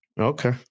Okay